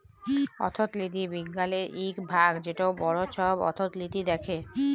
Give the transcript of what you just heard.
অথ্থলিতি বিজ্ঞালের ইক ভাগ যেট বড় ছব অথ্থলিতি দ্যাখে